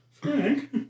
Frank